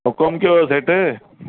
हुकुम कयो सेठ